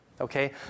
Okay